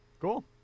Cool